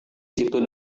situ